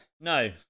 no